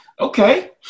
Okay